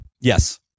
Yes